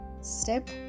Step